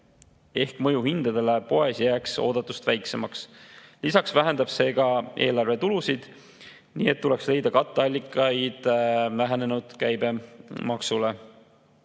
ehk mõju hindadele poes jääks oodatust väiksemaks. Lisaks vähendab see ka eelarve tulusid, nii et tuleks leida katteallikaid vähenenud käibemaksu[laekumisele].